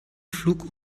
flug